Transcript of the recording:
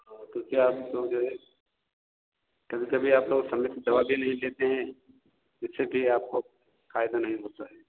हाँ तो क्या तो हम दे दें कभी कभी आप लोग दवा भी ले लेते हैं पूछो कि आपको फायदा नहीं होता है